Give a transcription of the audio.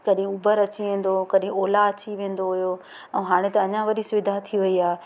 कॾहिं उबर अची वेंदो कॾहिं ओला अची वेंदो ऑटो अची वेंदो हुयो ऐं हाणे त अञा वरी सुविधा थी वई आहे